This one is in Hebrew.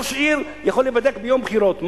ראש עיר יכול להיבדק ביום בחירות,